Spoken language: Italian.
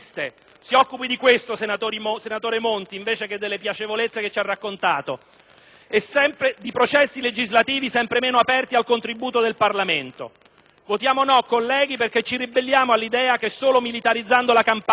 (si occupi di questo, senatore Monti, invece che delle piacevolezze che ci ha raccontato) e di processi legislativi sempre meno aperti al contributo del Parlamento. Votiamo no, colleghi, perché ci ribelliamo all'idea che solo militarizzando la Campania,